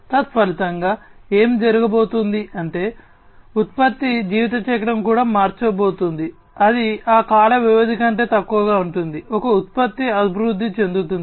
తత్ఫలితంగా ఏమి జరగబోతోంది అంటే ఉత్పత్తి జీవిత చక్రం కూడా మార్చబోతోంది అది ఆ కాల వ్యవధి కంటే తక్కువగా ఉంటుంది ఒక ఉత్పత్తి అభివృద్ధి చెందుతుంది